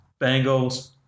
Bengals